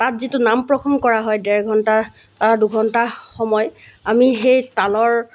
তাত যিটো নাম প্ৰসংগ কৰা হয় ডেৰ ঘণ্টা বা দুঘণ্টা সময় আমি সেই তালৰ